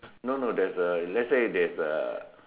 no no there's a let's say there's a